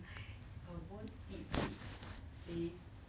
her voice deep deep say sit